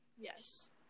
Yes